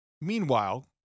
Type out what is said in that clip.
Meanwhile